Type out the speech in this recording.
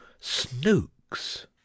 Snooks